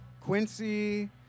Quincy